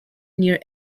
near